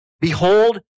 Behold